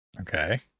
Okay